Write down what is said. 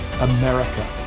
America